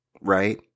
Right